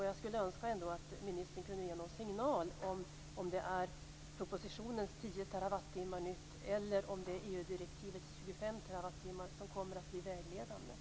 Jag skulle önska att ministern kunde ge någon signal om det är propositionens 10 terawattimmar nytt eller om det är EU-direktivets 25 terawattimmar som kommer att bli vägledande.